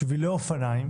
שבילי אופניים.